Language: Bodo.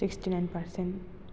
sixty nine percent